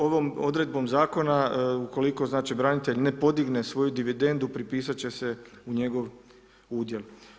Ovom odredbom zakona ukoliko znači branitelj ne podigne svoju dividendu pripisati će se u njego udjel.